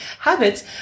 habits